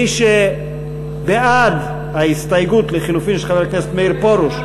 מי שבעד ההסתייגות לחלופין של חבר הכנסת מאיר פרוש,